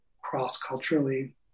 cross-culturally